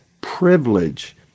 privilege